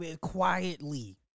Quietly